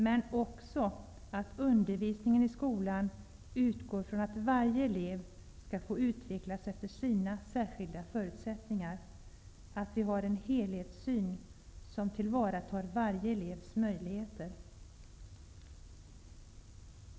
Men det är också viktigt att undervisningen i skolan utgår från att varje elev skall få utvecklas efter sina särskilda förutsättningar, att vi har en helhetssyn som tillvaratar varje elevs möjligheter.